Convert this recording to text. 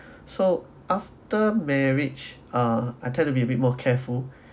so after marriage uh I tend to be a bit more careful